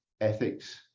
ethics